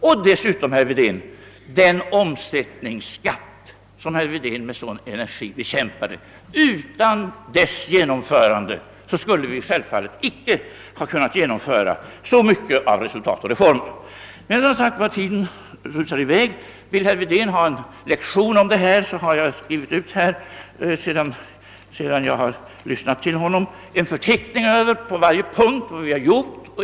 Och dessutom, herr Wedén: Den omsättningsskatt som herr Wedén med sådan energi bekämpade — utan dess genomförande skulle vi självfallet icke kunnat genomföra så mycket av programmet Resultat och reformer. — Tiden rusar emellertid i väg, och om herr Wedén vill ha en lektion om dessa ting kan jag överlämna en förteckning som jag gjort upp sedan jag lyssnade till herr Wedén — en förteckning som punkt för punkt visar vad vi har gjort.